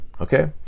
okay